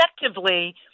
effectively